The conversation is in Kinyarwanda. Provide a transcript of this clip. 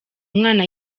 mwana